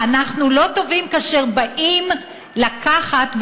ואנחנו לא טובים כאשר באים לתרום דם.